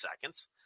seconds